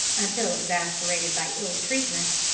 until exasperated by ill-treatment.